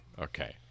Okay